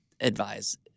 advise